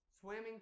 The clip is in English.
Swimming